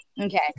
Okay